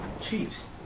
Chiefs